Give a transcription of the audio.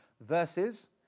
Versus